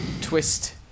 twist